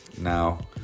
Now